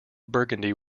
burgundy